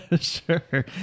Sure